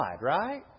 right